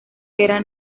era